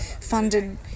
funded